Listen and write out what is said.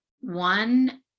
one